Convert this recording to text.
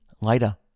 later